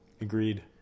Agreed